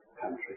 country